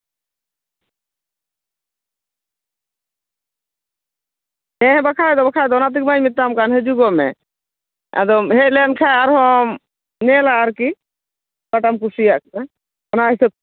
ᱦᱮᱸ ᱵᱟᱠᱷᱟᱡ ᱫᱚ ᱵᱟᱠᱷᱟᱡ ᱫᱚ ᱚᱱᱟ ᱛᱮᱜᱮ ᱢᱟᱧ ᱢᱮᱛᱟᱢ ᱠᱟᱱ ᱦᱟᱡᱩᱜᱚᱜ ᱢᱮ ᱟᱫᱚᱢ ᱦᱮᱡ ᱞᱮᱱ ᱠᱷᱟᱡ ᱟᱨᱦᱚᱸᱢ ᱧᱮᱞᱟ ᱟᱨᱠᱤ ᱚᱠᱟᱴᱟᱜ ᱮᱢ ᱠᱩᱥᱤᱭᱟᱜ ᱠᱟᱱᱟ ᱚᱱᱟ ᱦᱤᱥᱟᱹᱵ